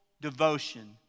devotion